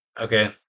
Okay